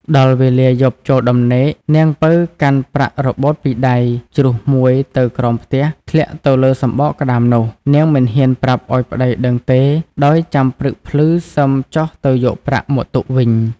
ដល់វេលាយប់ចូលដំណេកនាងពៅកាន់ប្រាក់របូតពីដៃជ្រុះមួយទៅក្រោមផ្ទះធ្លាក់ទៅលើសំបកក្ដាមនោះ នាងមិនហ៊ានប្រាប់ឲ្យប្ដីដឹងទេដោយចាំព្រឹកភ្លឺសឹមចុះទៅយកប្រាក់មកទុកវិញ។